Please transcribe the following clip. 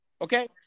okay